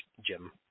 Jim